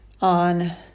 on